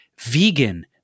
vegan